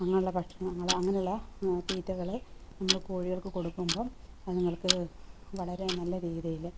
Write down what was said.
അങ്ങനുള്ള ഭക്ഷണങ്ങൾ അങ്ങനെയുള്ള തീറ്റകൾ നമ്മൾ കോഴികൾക്ക് കൊടുക്കുമ്പം അതിങ്ങൾക്ക് വളരെ നല്ല രീതിയിൽ